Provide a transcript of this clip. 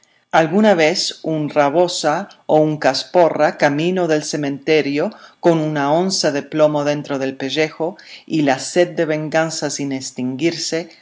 alguna vez un rabosa o un casporra camino del cementerio con una onza de plomo dentro del pellejo y la sed de venganza sin extinguirse